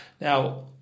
Now